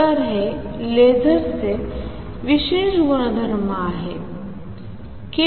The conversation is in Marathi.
तर हे लेझर्सचे विशेष गुणधर्म आहेत